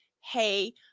hey